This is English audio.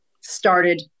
started